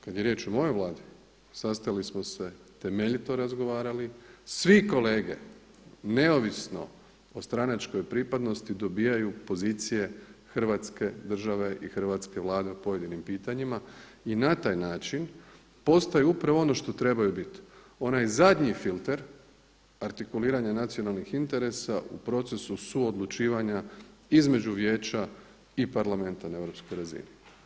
Kada je riječ o mojoj Vladi sastali smo se, temeljito razgovarali svi kolege neovisno o stranačkoj pripadnosti dobijaju pozicije Hrvatske države i hrvatske Vlade o pojedinim pitanjima i na taj način postaju upravo ono što trebaju biti, onaj zadnji filter artikuliranja nacionalnih interesa u procesu suodlučivanja između Vijeća i parlamenta na europskoj razini.